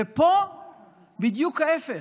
ופה בדיוק להפך.